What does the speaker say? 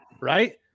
right